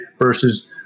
versus